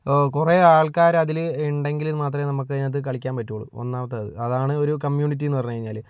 ഇപ്പോൾ കുറേ ആൾക്കാരതില് ഉണ്ടെങ്കിൽ മാത്രമേ നമുക്കതിനകത്ത് കളിക്കാൻ പറ്റുള്ളു ഒന്നാമത്തതത് അതാണ് ഒരു കമ്മ്യൂണിറ്റിയെന്ന് പറഞ്ഞ് കഴിഞ്ഞാൽ